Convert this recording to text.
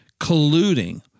colluding